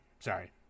Sorry